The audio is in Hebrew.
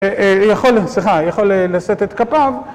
יכול, סליחה, יכול לשאת את כפיו